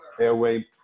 airway